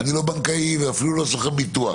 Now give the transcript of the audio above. אני לא בנקאי, ואפילו לא סוכן ביטוח.